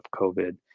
COVID